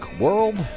world